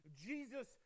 Jesus